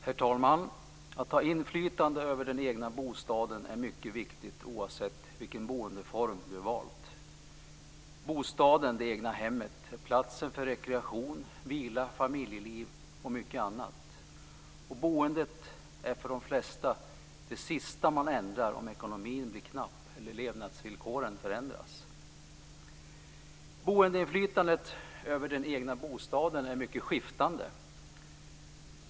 Herr talman! Att ha inflytande över den egna bostaden är mycket viktigt, oavsett vilken boendeform man har valt. Bostaden, det egna hemmet, är platsen för rekreation, vila, familjeliv och mycket annat. Boendet är för de flesta det sista man ändrar om ekonomin blir knapp eller levnadsvillkoren förändras. Inflytandet över den egna bostaden är mycket skiftande.